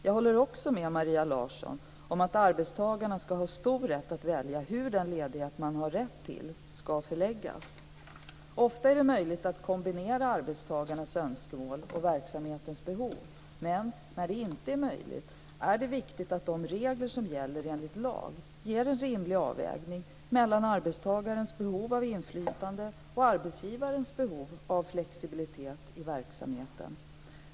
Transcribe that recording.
Jag håller också med Maria Larsson om att arbetstagarna ska ha stor rätt att välja hur den ledighet man har rätt till ska förläggas. Ofta är det möjligt att kombinera arbetstagarnas önskemål och verksamhetens behov. Men när det inte är möjligt är det viktigt att de regler som gäller enligt lag ger en rimlig avvägning mellan arbetstagarnas behov av inflytande och arbetsgivarens behov av flexibilitet i verksamheten.